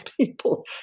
people